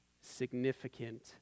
significant